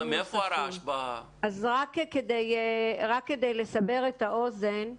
רק כדי לסבר את האוזן,